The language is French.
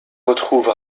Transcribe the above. retrouve